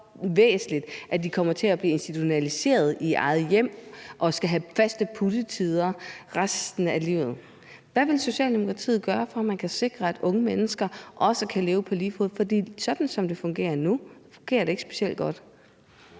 at de kommer til at blive institutionaliseret i eget hjem og skal have faste puttetider resten af livet? Hvad vil Socialdemokratiet gøre, for at man kan sikre, at disse unge mennesker kan leve på lige fod med andre? For sådan som det fungerer nu, fungerer det ikke specielt godt.